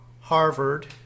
Harvard